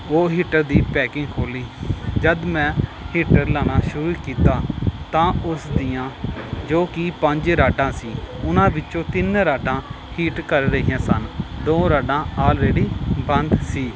ਉਹ ਹੀਟਰ ਦੀ ਪੈਕਿੰਗ ਖੋਲ੍ਹੀ ਜਦੋਂ ਮੈਂ ਹੀਟਰ ਲਗਾਉਣਾ ਸ਼ੁਰੂ ਕੀਤਾ ਤਾਂ ਉਸ ਦੀਆਂ ਜੋ ਕਿ ਪੰਜ ਰਾਡਾ ਸੀ ਉਹਨਾਂ ਵਿੱਚੋਂ ਤਿੰਨ ਰਾਡਾ ਹੀਟ ਕਰ ਰਹੀਆਂ ਸਨ ਦੋ ਰਾਡਾਂ ਆਲਰੇਡੀ ਬੰਦ ਸੀ